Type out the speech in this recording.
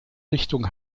richtung